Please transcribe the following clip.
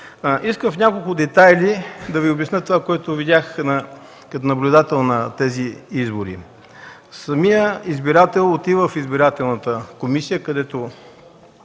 Искам в няколко детайла да Ви обясня това, което видях като наблюдател на тези избори. Самият избирател отива в избирателната комисия, където